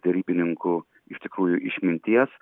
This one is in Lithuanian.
derybininkų iš tikrųjų išminties